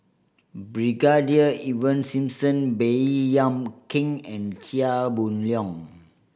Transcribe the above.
Brigadier Ivan Simson Baey Yam Keng and Chia Boon Leong